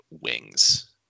wings